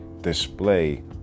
display